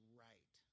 right